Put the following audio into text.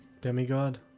Demigod